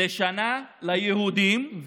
לשנה ליהודים,